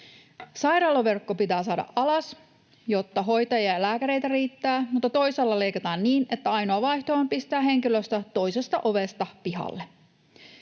Sairaalaverkko pitää saada alas, jotta hoitajia ja lääkäreitä riittää, mutta toisaalla leikataan niin, että ainoa vaihtoehto on pistää henkilöstö toisesta ovesta pihalle.